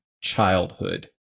childhood